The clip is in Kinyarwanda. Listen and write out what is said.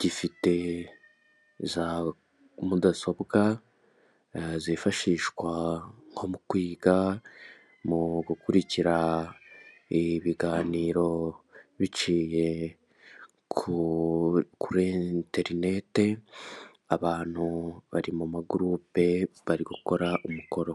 Gifite za mudasobwa zifashishwa nko mu kwiga, mu gukurikira ibiganiro biciye ku kuri interinete. Abantu bari mu magurupe bari gukora umukoro.